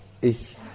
ich